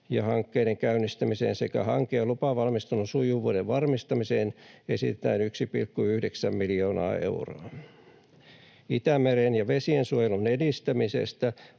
Hankkeiden käynnistämiseen sekä hanke‑ ja lupavalmistelun sujuvuuden varmistamiseen esitetään 1,9 miljoonaa euroa. Itämeren ja vesien suojelun edistämisestä: